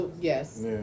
yes